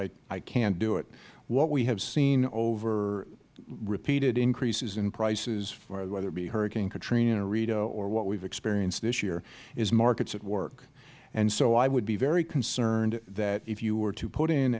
economist i cannot do it what we have seen over repeated increases in prices whether it be hurricane katrina or rita or what we have experienced this year is markets at work and so i would be very concerned that if you were to put in